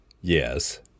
Yes